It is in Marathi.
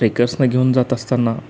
ट्रेकर्सना घेऊन जात असताना